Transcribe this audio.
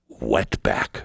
wetback